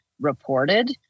reported